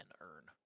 earn